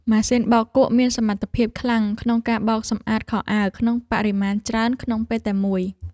ម៉ាស៊ីនបោកគក់មានសមត្ថភាពខ្លាំងក្នុងការបោកសម្អាតខោអាវក្នុងបរិមាណច្រើនក្នុងពេលតែមួយ។